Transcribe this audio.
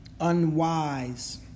unwise